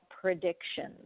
predictions